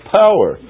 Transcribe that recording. power